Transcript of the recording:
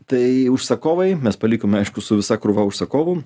tai užsakovai mes palikome aišku su visa krūva užsakovų